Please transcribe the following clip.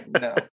no